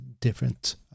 different